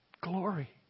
Glory